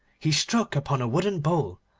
he struck upon a wooden bowl,